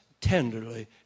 tenderly